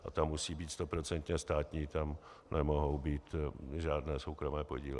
A ta musí být stoprocentně státní, tam nemohou být žádné soukromé podíly.